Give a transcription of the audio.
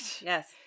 yes